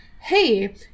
hey